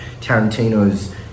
Tarantino's